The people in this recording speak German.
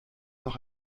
noch